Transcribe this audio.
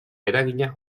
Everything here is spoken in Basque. eragina